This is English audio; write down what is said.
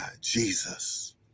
Jesus